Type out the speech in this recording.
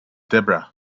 deborah